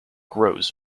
grows